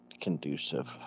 conducive